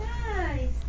Nice